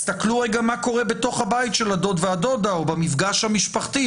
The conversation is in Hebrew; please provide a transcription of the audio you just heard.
תסתכלו רגע מה קורה בתוך הבית של הדוד והדודה או במפגש המשפחתי.